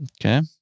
Okay